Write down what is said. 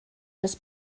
das